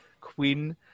queen